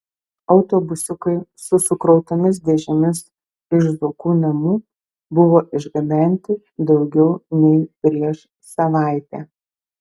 autobusiukai su sukrautomis dėžėmis iš zuokų namų buvo išgabenti daugiau nei prieš savaitę